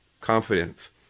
confidence